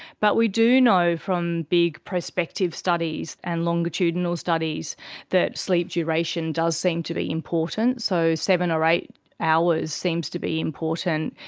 but we do know from big prospective studies and longitudinal studies that sleep duration does seem to be important, so seven or eight hours seems to be important.